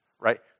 right